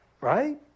right